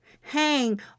Hang